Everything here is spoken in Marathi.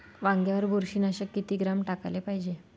वांग्यावर बुरशी नाशक किती ग्राम टाकाले पायजे?